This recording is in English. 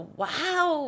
wow